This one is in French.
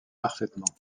parfaitement